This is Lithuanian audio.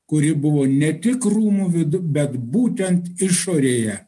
kuri buvo ne tik rūmų vidu bet būtent išorėje